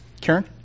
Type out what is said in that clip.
Karen